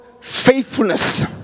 faithfulness